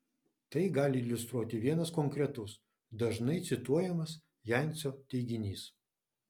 tai gali iliustruoti vienas konkretus dažnai cituojamas jancio teiginys